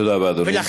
תודה רבה, אדוני.